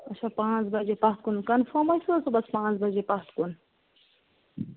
اچھا پانٛژھ بَجے پتھ کُن کَنفٲرم حظ چھُو صُبحَس پانٛژھ بَجے پتھ کُن